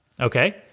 Okay